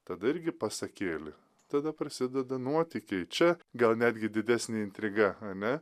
tada irgi pasakėlė tada prasideda nuotykiai čia gal netgi didesnė intriga ane